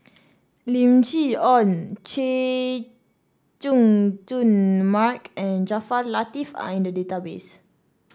Lim Chee Onn Chay Jung Jun Mark and Jaafar Latiff are in the database